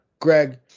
Greg